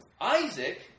Isaac